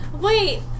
Wait